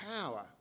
power